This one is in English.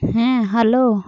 hello